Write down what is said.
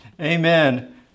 Amen